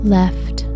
left